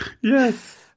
yes